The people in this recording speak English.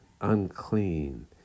unclean